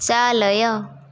चालय